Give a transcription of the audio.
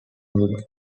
women